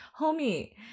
Homie